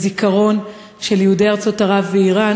תעלה חברת הכנסת שולי מועלם-רפאלי, ואחריה,